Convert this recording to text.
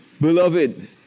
Beloved